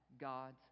God's